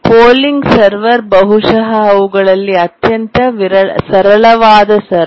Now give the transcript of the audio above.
polling server ಬಹುಶಃ ಅವುಗಳಲ್ಲಿ ಅತ್ಯಂತ ಸರಳವಾದ ಸರ್ವರ್